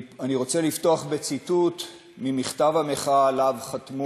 אני רוצה לפתוח בציטוט ממכתב המחאה שעליו חתמו